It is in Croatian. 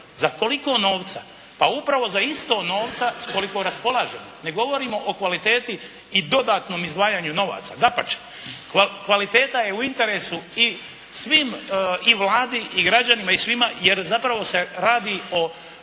«Za koliko novca?» Pa upravo za isto novca s koliko raspolažemo. Ne govorimo o kvaliteti i dodatnom izdvajanju novaca. Dapače. Kvaliteta je u interesu svim i Vladi i građanima i svima jer zapravo se radi o